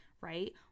right